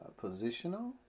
positional